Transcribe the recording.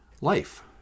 life